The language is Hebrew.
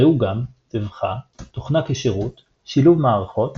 ראו גם תווכה תוכנה כשירות שילוב מערכות